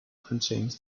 contains